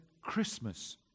Christmas